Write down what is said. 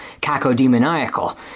cacodemoniacal